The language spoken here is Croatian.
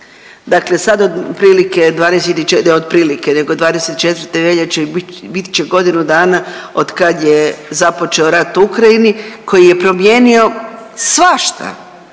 ne otprilike nego 24. veljače bit će godinu dana od kada je započeo rat u Ukrajini koji je promijenio svašta,